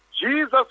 Jesus